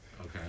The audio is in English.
Okay